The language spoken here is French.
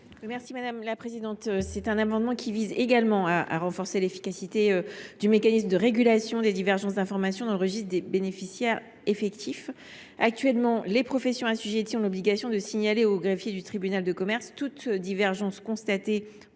Corinne Narassiguin. Cet amendement vise également à renforcer l’efficacité du mécanisme de régulation des divergences d’information dans le registre des bénéficiaires effectifs. Actuellement, les professions assujetties doivent signaler au greffier du tribunal de commerce toute divergence constatée